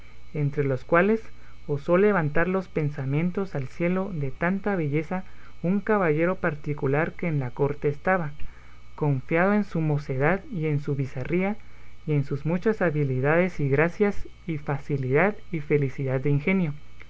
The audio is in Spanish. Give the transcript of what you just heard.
entre los cuales osó levantar los pensamientos al cielo de tanta belleza un caballero particular que en la corte estaba confiado en su mocedad y en su bizarría y en sus muchas habilidades y gracias y facilidad y felicidad de ingenio